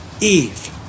Eve